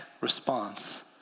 response